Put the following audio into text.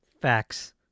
Facts